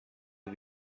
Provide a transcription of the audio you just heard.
این